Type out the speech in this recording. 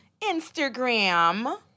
Instagram